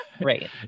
Right